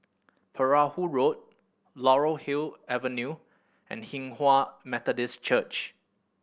Perahu Road Laurel Wood Avenue and Hinghwa Methodist Church